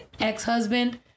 ex-husband